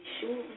sure